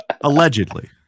Allegedly